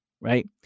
right